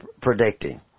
predicting